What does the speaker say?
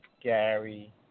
Gary